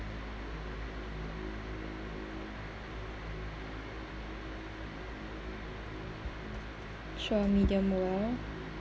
sure medium well